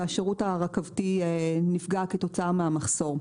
והשירות הרכבתי נפגע כתוצאה מהמחסור,